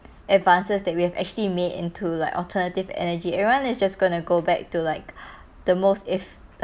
advances that we have actually made into like alternative energy everyone is just gonna go back to like the most if